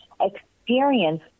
experience